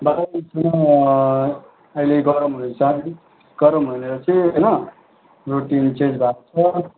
बाह्र बजेतिर अहिले गरम हुँदैछ है गरम भनेर चाहिँ होइन रुटिन चेन्ज भएको छ